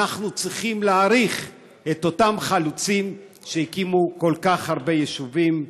אנחנו צריכים להעריך את אותם חלוצים שהקימו כל כך הרבה יישובים.